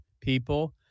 people